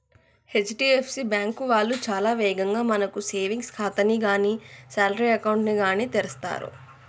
HDFC bank వాళ్ళు చాలా వేగంగా మనకు సేవింగ్స్ ఖాతాని గానీ శాలరీ అకౌంట్ ని గానీ తెరుస్తరు